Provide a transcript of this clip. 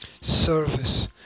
Service